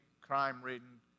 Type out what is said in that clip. crime-ridden